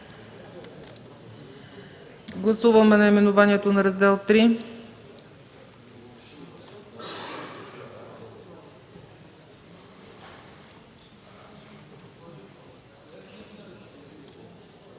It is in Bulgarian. Гласуваме наименованието на Раздел